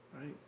right